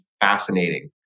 fascinating